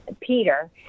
peter